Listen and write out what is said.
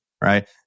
right